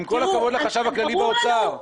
עם כל הכבוד לחשב הכללי באוצר.